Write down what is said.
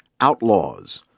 outlaws